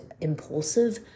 impulsive